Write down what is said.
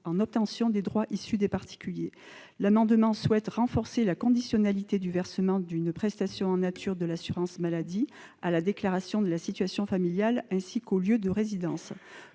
en obtention de droits de la part de particuliers. L'amendement vise à renforcer la conditionnalité du versement d'une prestation en nature de l'assurance maladie à la déclaration de la situation familiale, ainsi qu'au lieu de résidence.